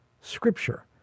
scripture